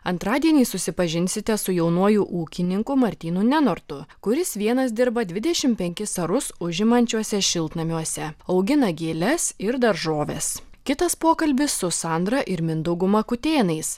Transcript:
antradienį susipažinsite su jaunuoju ūkininku martynu nenortu kuris vienas dirba dvidešim penkis arus užimančiuose šiltnamiuose augina gėles ir daržoves kitas pokalbis su sandra ir mindaugu makutėnais